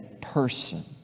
person